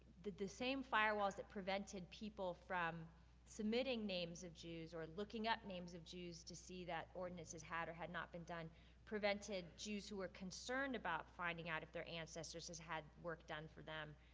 the the same firewalls that prevented people from submitting names of jews, or looking names of jews, to see that ordinances had or had not been done prevented jews who were concerned about finding out if their ancestors had work done for them.